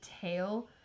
tail